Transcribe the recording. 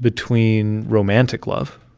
between romantic love